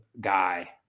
guy